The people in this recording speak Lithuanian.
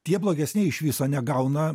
tie blogesnieji iš viso negauna